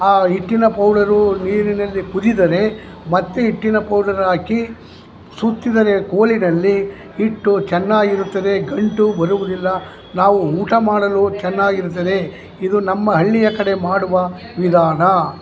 ಆ ಹಿಟ್ಟಿನ ಪೌಡರೂ ನೀರಿನಲ್ಲಿ ಕುದ್ದರೆ ಮತ್ತೆ ಹಿಟ್ಟಿನ ಪೌಡರಾಕಿ ಸುತ್ತಿದರೆ ಕೋಲಿನಲ್ಲಿ ಹಿಟ್ಟು ಚೆನ್ನಾಗಿರುತ್ತದೆ ಗಂಟು ಬರುವುದಿಲ್ಲ ನಾವು ಊಟ ಮಾಡಲು ಚೆನ್ನಾಗಿರ್ತದೆ ಇದು ನಮ್ಮ ಹಳ್ಳಿಯ ಕಡೆ ಮಾಡುವ ವಿಧಾನ